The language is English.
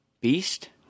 beast